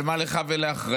אבל מה לך ולאחריות?